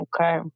Okay